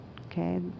Okay